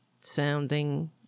sounding